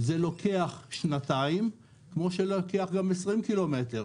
זה לוקח שנתיים כמו שלוקח גם 20 קילומטר,